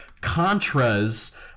Contras